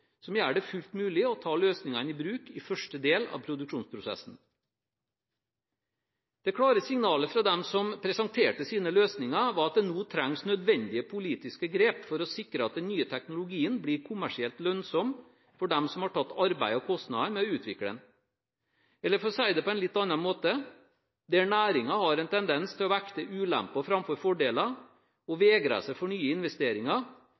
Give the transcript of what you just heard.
som gjør det fullt mulig å ta løsningene i bruk i første del av produksjonsprosessen. Det klare signalet fra dem som presenterte sine løsninger, var at det nå trengs nødvendige politiske grep for å sikre at den nye teknologien blir kommersielt lønnsom for dem som har tatt arbeidet og kostnadene med å utvikle den – eller for å si det på en litt annen måte: Der næringen har en tendens til å vekte ulemper framfor fordeler og vegrer seg for nye investeringer,